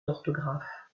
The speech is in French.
d’orthographe